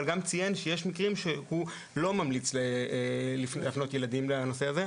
אבל גם ציין שיש מקרים שהוא לא ממליץ להפנות ילדים לנושא הזה.